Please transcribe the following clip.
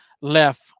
left